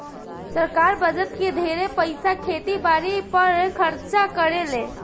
सरकार बजट के ढेरे पईसा खेती बारी पर खर्चा करेले